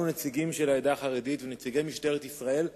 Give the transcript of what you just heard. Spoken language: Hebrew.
נציגים של העדה החרדית ונציגי משטרת ישראל,